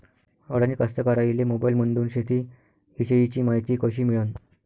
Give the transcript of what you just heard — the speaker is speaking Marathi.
अडानी कास्तकाराइले मोबाईलमंदून शेती इषयीची मायती कशी मिळन?